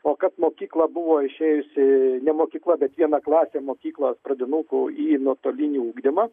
o kad mokykla buvo išėjusi ne mokykla bet viena klasė mokyklos pradinukų į nuotolinį ugdymą